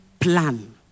plan